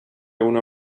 una